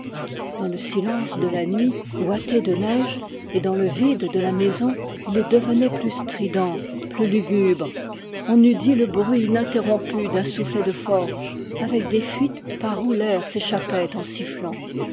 dans le silence de la nuit ouatée de neige et dans le vide de la maison il devenait plus strident plus lugubre on eût dit le bruit ininterrompu d'un soufflet de forge avec des fuites par où l'air s'échappait en sifflant